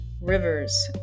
rivers